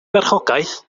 farchogaeth